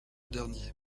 dernier